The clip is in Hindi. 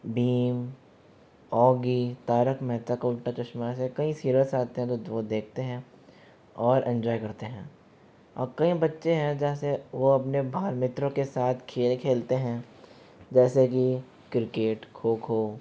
भीम ऑगी तारक मेहता का उल्टा चश्मा जैसे कई सीरियल्स आते हैं जो वह देखते हैं और एन्जॉय करते हैं और कई बच्चे हैं जैसे वो अपने बाहर मित्रों के साथ खेल खेलते हैं जैसे कि क्रिकेट खो खो